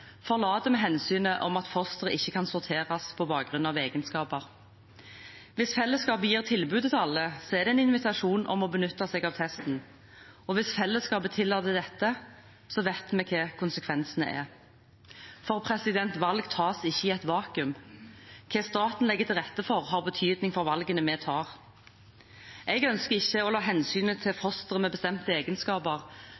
hensynet om at fostre ikke kan sorteres på bakgrunn av egenskaper. Hvis fellesskapet gir tilbudet til alle, er det en invitasjon om å benytte seg av testen, og hvis fellesskapet tillater dette, vet vi hva konsekvensene er. Valg tas ikke i et vakuum. Hva staten legger til rette for, har betydning for valgene vi tar. Jeg ønsker ikke å la hensynet til